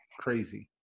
crazy